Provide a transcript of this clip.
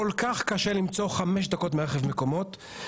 כל כך קשה למצוא מהרכב מקומות חמש דקות מהרכב,